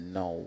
no